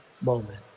moment